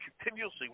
continuously